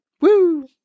Woo